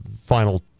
final